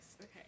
Okay